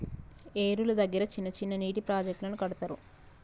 ఏరుల దగ్గర చిన్న చిన్న నీటి ప్రాజెక్టులను కడతారు